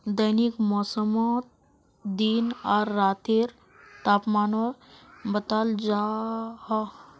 दैनिक मौसमोत दिन आर रातेर तापमानो बताल जाहा